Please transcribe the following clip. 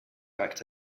act